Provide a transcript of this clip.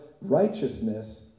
righteousness